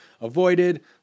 avoided